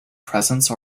presence